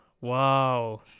wow